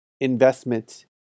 investment